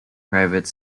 private